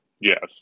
Yes